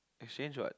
exchange what